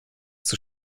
zur